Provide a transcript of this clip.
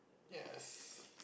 yes